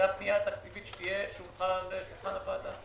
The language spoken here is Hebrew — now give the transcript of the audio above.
זו הפנייה התקציבית שהונחה על שולחן הוועדה.